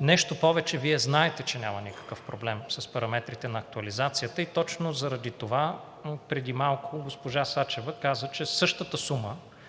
Нещо повече, Вие знаете, че няма никакъв проблем с параметрите на актуализацията, и точно заради това преди малко госпожа Сачева каза, че същата сума